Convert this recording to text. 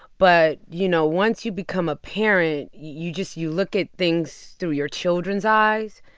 but, you know, once you become a parent, you just you look at things through your children's eyes.